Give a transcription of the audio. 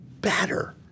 better